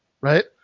Right